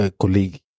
colleague